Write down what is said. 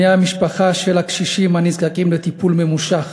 בני המשפחה של הקשישים הנזקקים לטיפול ממושך,